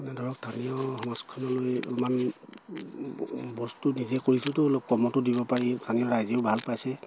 এনে ধৰক স্থানীয় সমাজখনলৈ অলপমান বস্তু নিজে কৰিছোটো অলপ কমতো দিব পাৰি স্থানীয় ৰাইজেও ভাল পাইছে